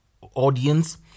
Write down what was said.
audience